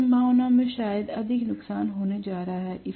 सभी संभावना में शायद अधिक नुकसान होने जा रहा है